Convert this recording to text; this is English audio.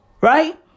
Right